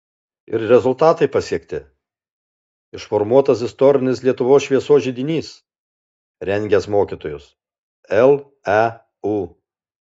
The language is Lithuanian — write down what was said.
ir rezultatai pasiekti išformuotas istorinis lietuvos šviesos židinys rengęs mokytojus leu